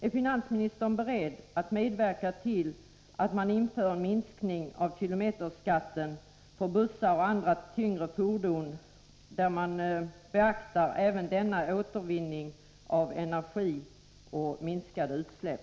Är finansministern beredd att medverka till en minskning av kilometerskatten för bussar och andra tyngre fordon, där man beaktar även denna återvinning av energi och minskning av utsläpp?